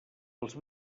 els